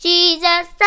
Jesus